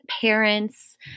parents